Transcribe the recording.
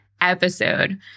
episode